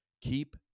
Keep